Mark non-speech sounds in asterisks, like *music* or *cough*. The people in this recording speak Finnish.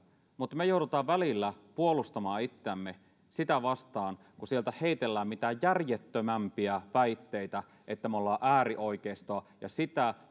mutta me joudumme välillä puolustamaan itseämme sitä vastaan kun sieltä heitellään mitä järjettömimpiä väitteitä että me olemme äärioikeistoa ja sitä *unintelligible*